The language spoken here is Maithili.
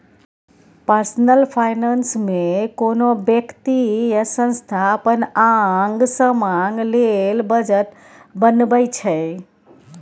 पर्सनल फाइनेंस मे कोनो बेकती या संस्था अपन आंग समांग लेल बजट बनबै छै